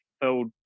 filled